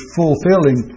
fulfilling